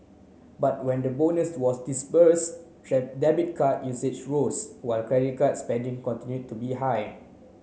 but when the bonus was disburse debit card usage rose while credit card spending continue to be high